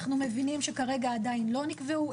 אנחנו מבינים שכרגע עדיין לא נקבעו,